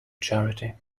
charity